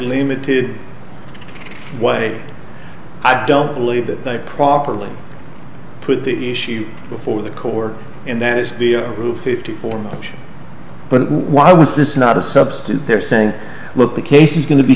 limited way i don't believe that they properly put the issue before the court and that is the roof fifty four march but why was this not a substitute they're saying look the case is go